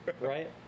right